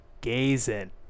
gazing